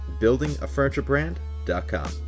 buildingafurniturebrand.com